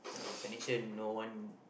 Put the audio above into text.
technician no want